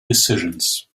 decisions